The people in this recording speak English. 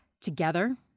together